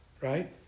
right